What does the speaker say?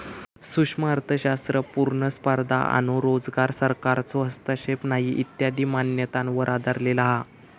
सूक्ष्म अर्थशास्त्र पुर्ण स्पर्धा आणो रोजगार, सरकारचो हस्तक्षेप नाही इत्यादी मान्यतांवर आधरलेलो हा